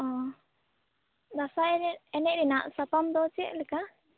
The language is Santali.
ᱚᱻ ᱫᱟᱸᱥᱟᱭ ᱮᱱᱮᱡ ᱮᱱᱮᱡ ᱨᱮᱱᱟᱜ ᱥᱟᱯᱟᱵ ᱫᱚ ᱪᱮᱫ ᱞᱮᱠᱟ